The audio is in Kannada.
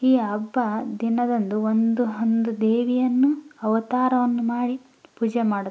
ಈ ಹಬ್ಬ ದಿನದಂದು ಒಂದು ಒಂದು ದೇವಿಯನ್ನು ಅವತಾರವನ್ನು ಮಾಡಿ ಪೂಜೆ ಮಾಡುತ್ತಾರೆ